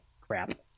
crap